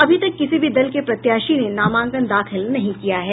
अभी तक किसी भी दल के प्रत्याशी ने नामांकन दाखिल नहीं किया है